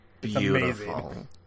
beautiful